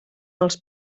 els